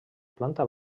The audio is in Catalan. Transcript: planta